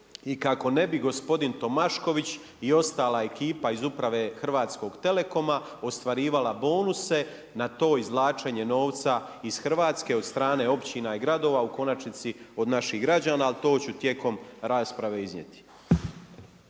i kako ne bi gospodin Tomašković i ostala ekipa iz uprave Hrvatskoga telekoma ostvarivala bonuse na to izvlačenje novca iz Hrvatske od strane općina i gradova, u konačnici od naših građana, ali to ću tijekom rasprave iznijeti.